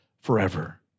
forever